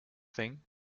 thing